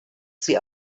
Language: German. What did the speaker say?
sie